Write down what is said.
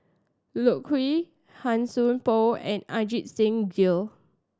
Loke Yew Han Sai Por and Ajit Singh Gill